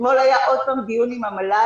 אתמול היה עוד פעם דיון עם המל"ל.